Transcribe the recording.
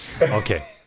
Okay